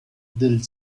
del